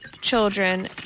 children